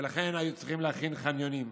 ולכן היו צריכים להכין חניונים.